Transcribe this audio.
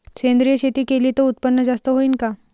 सेंद्रिय शेती केली त उत्पन्न जास्त होईन का?